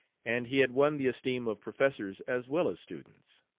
and he had won the esteem of professors as well as students.